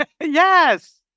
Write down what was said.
yes